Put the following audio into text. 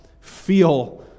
feel